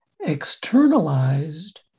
externalized